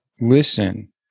listen